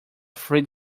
friend